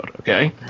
okay